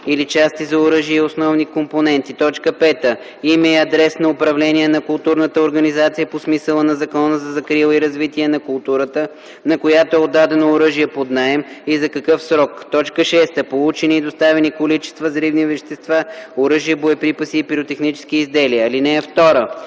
или части за оръжия и основни компоненти; 5. име и адрес на управление на културната организация по смисъла на Закона за закрила и развитие на културата, на която е отдадено оръжие под наем, и за какъв срок; 6. получени и доставени количества взривни вещества, оръжия, боеприпаси и пиротехнически изделия. (2) Лицата